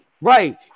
right